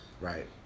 right